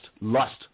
lust